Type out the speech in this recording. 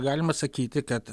galima sakyti kad